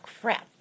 crap